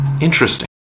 Interesting